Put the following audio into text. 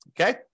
Okay